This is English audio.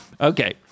Okay